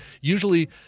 usually